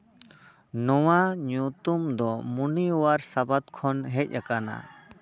ᱱᱚᱣᱟ ᱧᱩᱛᱩᱢ ᱫᱚ ᱢᱚᱱᱤᱣᱟᱨ ᱥᱟᱵᱟᱫ ᱠᱷᱚᱱ ᱦᱮᱡ ᱟᱠᱟᱱᱟ